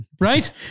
Right